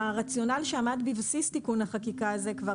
הרציונל שעמד בבסיס תיקון החקיקה הזה כבר